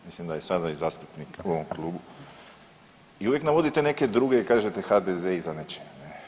Mislim da je i sada zastupnik u ovom klubu i uvijek navodite neke druge i kažete HDZ je iza nečega.